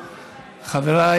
לא לא לא,